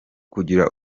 kugira